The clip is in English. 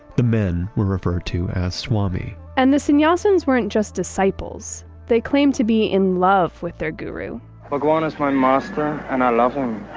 the men were referred to as swami and the sannyasins weren't just disciples. they claimed to be in love with their guru bhagwan is my master, and i love him.